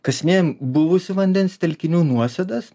kasinėjam buvusių vandens telkinių nuosėdas